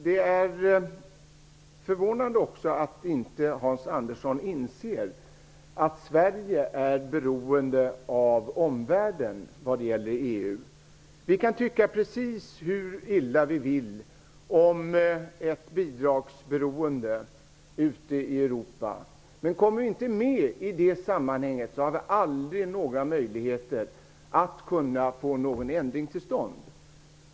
Det är också förvånade att Hans Andersson inte inser att Sverige är beroende av omvärlden vad gäller EU. Vi kan tycka precis hur illa vi vill om ett bidragsberoende ute i Europa, men kommer vi inte med i det sammanhanget har vi aldrig några möjligheter att få någon ändring till stånd.